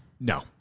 no